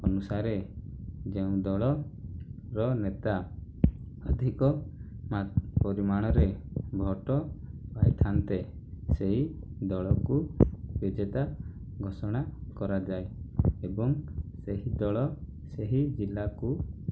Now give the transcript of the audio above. ଅନୁସାରେ ଯେଉଁ ଦଳର ନେତା ଅଧିକ ମା ପରିମାଣରେ ଭୋଟ ପାଇଥାନ୍ତେ ସେହି ଦଳକୁ ବିଜେତା ଘୋଷଣା କରାଯାଏ ଏବଂ ସେହି ଦଳ ସେହି ଜିଲ୍ଲାକୁ